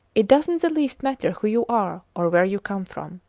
it doesn't the least matter who you are or where you come from.